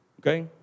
okay